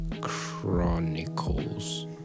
chronicles